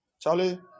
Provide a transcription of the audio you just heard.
Charlie